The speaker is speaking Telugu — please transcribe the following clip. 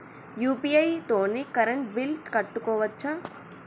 యూ.పీ.ఐ తోని కరెంట్ బిల్ కట్టుకోవచ్ఛా?